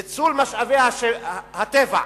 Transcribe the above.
ניצול משאבי הטבע.